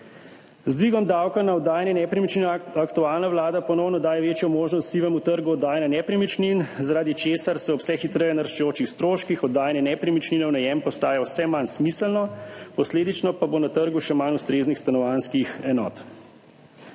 Z dvigom davka na oddajanje nepremičnin aktualna vlada ponovno daje večjo možnost sivemu trgu oddajanja nepremičnin, zaradi česar se ob vse hitreje naraščajočih stroških oddajanje nepremičnin v najem postaja vse manj smiselno, posledično pa bo na trgu še manj ustreznih stanovanjskih enot.